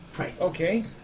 Okay